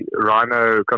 rhino